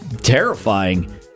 terrifying